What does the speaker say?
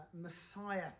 Messiah